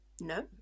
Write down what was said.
no